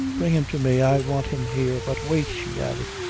bring him to me i want him here. but wait, she added,